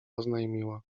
oznajmiła